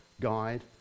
guide